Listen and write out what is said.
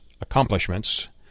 Accomplishments